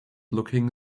looking